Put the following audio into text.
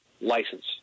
license